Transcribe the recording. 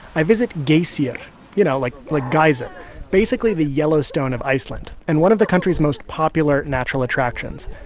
i visit geysir yeah you know, like like geyser basically the yellowstone of iceland and one of the country's most popular natural attractions.